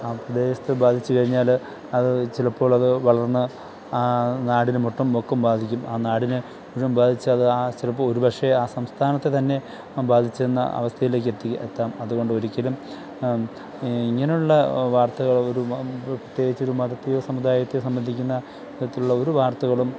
ആ പ്രദേശത്തെ ബാധിച്ചു കഴിഞ്ഞാൽ അതു ചിലപ്പോഴത് വളര്ന്ന് നാടിനെ മൊത്തം മൊക്കം ബാധിക്കും ആ നാടിനെ മുഴുവന് ബാധിച്ചത് ആ ചിലപ്പോൾ ഒരു പക്ഷെ ആ സംസ്ഥാനത്തെ തന്നെ ബാധിച്ചുവെന്ന അവസ്ഥയിലേക്ക് എത്തിക എത്താം അതുകൊണ്ടൊരിക്കലും ഇങ്ങനെയുള്ള വാര്ത്തകള് ഒരു പ്രത്യേകിച്ചൊരു മതത്തെയോ സമുദായത്തെയോ സംബന്ധിക്കുന്ന തരത്തിലുള്ള ഒരു വാര്ത്തകളും